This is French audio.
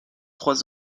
trois